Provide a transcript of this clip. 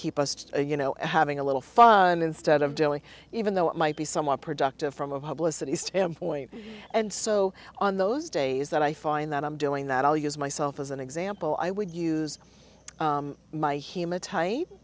keep us to you know having a little fun instead of doing even though it might be somewhat productive from a publicist point and so on those days that i find that i'm doing that i'll use myself as an example i would use my hum